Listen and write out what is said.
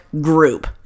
group